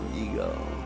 ego